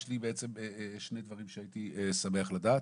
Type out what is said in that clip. יש לי בעצם שני דברים שהייתי שמח לדעת.